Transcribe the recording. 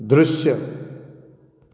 दृश्य